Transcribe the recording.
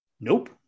nope